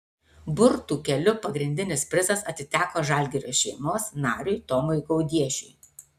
burtų keliu pagrindinis prizas atiteko žalgirio šeimos nariui tomui gaudiešiui